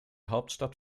hauptstadt